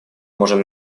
можем